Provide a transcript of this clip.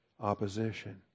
opposition